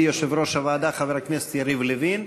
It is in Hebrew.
יושב-ראש הוועדה חבר הכנסת יריב לוין.